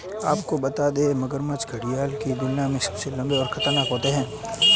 आपको बता दें, मगरमच्छ घड़ियाल की तुलना में ज्यादा लम्बे और खतरनाक होते हैं